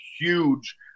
huge